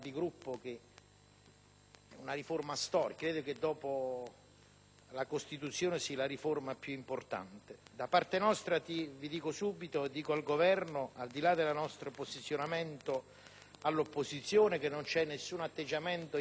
una riforma storica; credo che, dopo la Costituzione, sia quella più importante. Da parte nostra, sottolineo al Governo che, al di là del nostro posizionamento all'opposizione, non vi è alcun atteggiamento ipocrita e furbo.